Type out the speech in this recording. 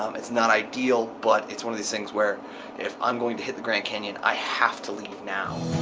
um it's not ideal but it's one of these things where if i'm going to hit the grand canyon i have to leave now.